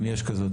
אם יש כזאת,